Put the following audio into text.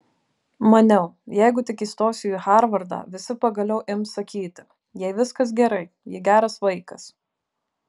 maniau jeigu tik įstosiu į harvardą visi pagaliau ims sakyti jai viskas gerai ji geras vaikas